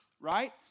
right